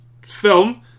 film